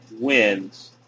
wins